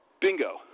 Bingo